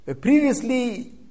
Previously